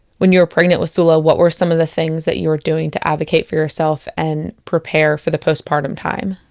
when you were pregnant with sula, what were some of the things that you were doing to advocate for yourself and prepare for the postpartum time?